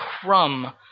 crumb